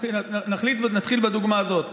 נתחיל בדוגמה הזאת,